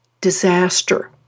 disaster